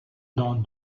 dans